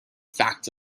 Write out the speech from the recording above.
facts